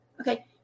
okay